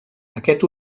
aquest